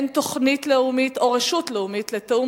אין תוכנית לאומית או רשות לאומית לתיאום